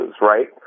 right